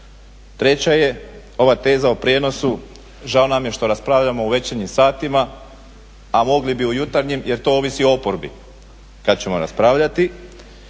Treća je ova teza o prijenosu, žao nam što raspravljamo u večernjim satima, a mogli bi u jutarnjim jer to ovisi o oporbi kad ćemo raspravljati.